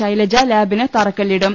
ശൈ ലജ ലാബിന് തറക്കല്പിടും